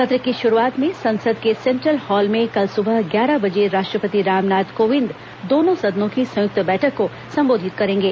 सत्र की शुरुआत में संसद के सैंट्रल हाल में कल सुबह ग्यारह बजे राष्ट्रपति रामनाथ कोविंद दोनों सदनों की संयुक्त बैठक को संबोधित करेंगे